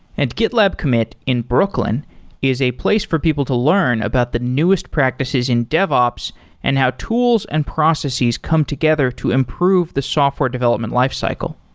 and gitlab commit in brooklyn is a place for people to learn about the newest practices in dev ops and how tools and processes come together to improve the software development lifecycle.